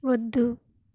వద్దు